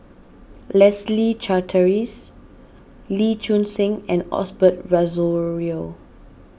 Leslie Charteris Lee Choon Seng and Osbert Rozario